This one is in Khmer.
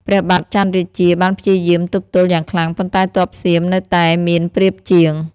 ព្រះបាទច័ន្ទរាជាបានព្យាយាមទប់ទល់យ៉ាងខ្លាំង ប៉ុន្តែទ័ពសៀមនៅតែមានប្រៀបជាង។